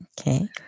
okay